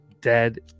dead